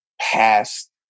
past